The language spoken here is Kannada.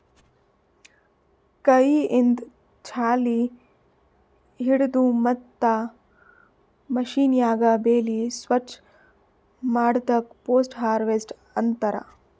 ಕೈಯಿಂದ್ ಛಾಳಿ ಹಿಡದು ಮತ್ತ್ ಮಷೀನ್ಯಾಗ ಬೆಳಿ ಸ್ವಚ್ ಮಾಡದಕ್ ಪೋಸ್ಟ್ ಹಾರ್ವೆಸ್ಟ್ ಅಂತಾರ್